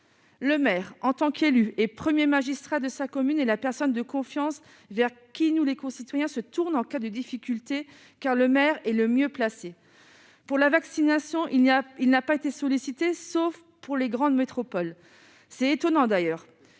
Le maire en tant qu'élu et 1er magistrat de sa commune et la personne de confiance vers qui nous les concitoyens se tourne en cas de difficulté car le maire est le mieux placé pour la vaccination, il n'y a pas, il n'a pas été sollicité, sauf pour les grandes métropoles c'est étonnant d'ailleurs,